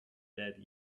dead